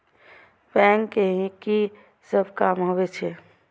Bank के की सब काम होवे छे?